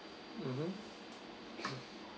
mmhmm